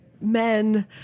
men